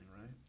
right